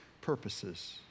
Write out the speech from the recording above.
purposes